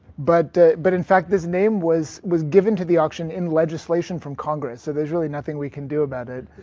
but but in fact this name was was given to the auction in legislation from congress, so there's really nothing we can do about it.